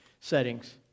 settings